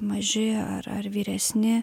maži ar ar vyresni